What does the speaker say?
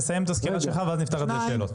תסיים את הסקירה שלך ואחר כך נפתח את זה לשאלות.